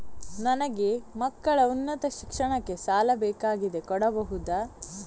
ನನಗೆ ಮಕ್ಕಳ ಉನ್ನತ ಶಿಕ್ಷಣಕ್ಕೆ ಸಾಲ ಬೇಕಾಗಿದೆ ಕೊಡಬಹುದ?